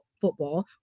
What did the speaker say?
football